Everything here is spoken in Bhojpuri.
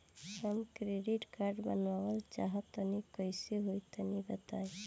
हम क्रेडिट कार्ड बनवावल चाह तनि कइसे होई तनि बताई?